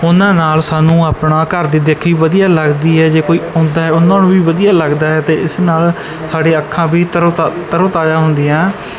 ਉਹਨਾਂ ਨਾਲ ਸਾਨੂੰ ਆਪਣਾ ਘਰ ਦੀ ਦੇਖੀ ਵਧੀਆ ਲੱਗਦੀ ਹੈ ਜੇ ਕੋਈ ਆਉਂਦਾ ਉਹਨਾਂ ਨੂੰ ਵੀ ਵਧੀਆ ਲੱਗਦਾ ਹੈ ਅਤੇ ਇਸ ਨਾਲ ਸਾਡੀ ਅੱਖਾਂ ਵੀ ਤਰੋ ਤਾ ਤਰੋ ਤਾਜ਼ਾ ਹੁੰਦੀਆਂ